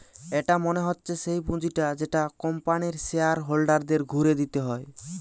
এটা মনে হচ্ছে সেই পুঁজিটা যেটা কোম্পানির শেয়ার হোল্ডারদের ঘুরে দিতে হয়